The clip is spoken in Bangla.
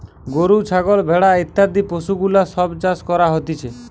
গরু, ছাগল, ভেড়া ইত্যাদি পশুগুলার সব চাষ করা হতিছে